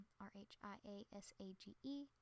R-H-I-A-S-A-G-E